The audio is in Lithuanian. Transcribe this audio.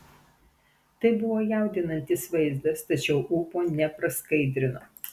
tai buvo jaudinantis vaizdas tačiau ūpo nepraskaidrino